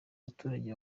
abaturage